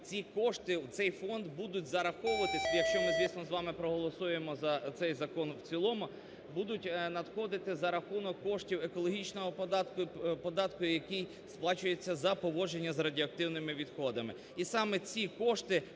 ці кошти в цей фонд будуть зараховуватись, якщо ми, звісно, з вами проголосуємо за цей закон в цілому, будуть надходити за рахунок коштів екологічного податку, який сплачується за поводження з радіоактивними відходами.